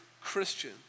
Christian